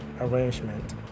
Arrangement